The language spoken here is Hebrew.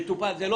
הוא יטופל.